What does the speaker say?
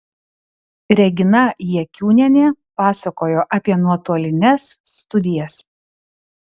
regina jakiūnienė pasakojo apie nuotolines studijas